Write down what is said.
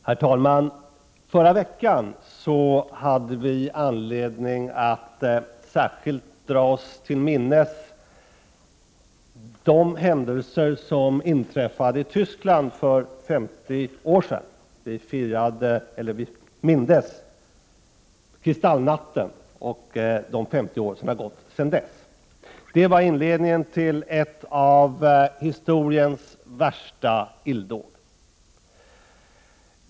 Herr talman! Förra veckan hade vi anledning att särskilt dra oss till minnes de händelser som inträffade i Tyskland för 50 år sedan. Vi mindes Kristallnatten och de 50 år som har gått sedan dess. Kristallnatten var inledningen till ett av historiens värsta illdåd.